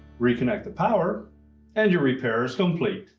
reconnect the power and your repair is complete.